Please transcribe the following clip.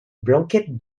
blanquette